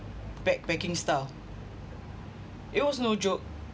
backpacking style it was no joke